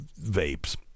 vapes